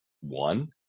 one